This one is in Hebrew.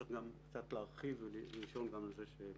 צריך קצת להרחיב ולשאול גם על זה שאלות.